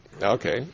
Okay